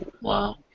wow